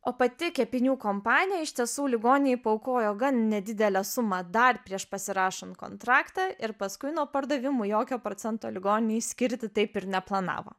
o pati kepinių kompanija iš tiesų ligoninei paaukojo gan nedidelę sumą dar prieš pasirašan kontraktą ir paskui nuo pardavimų jokio procento ligoninei skirti taip ir neplanavo